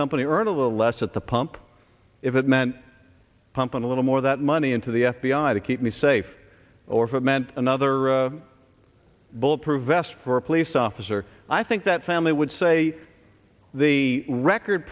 company earn a little less at the pump if it meant pumping a little more that money into the f b i to keep me safe or for it meant another bulletproof vest for a police officer i think that family would say the record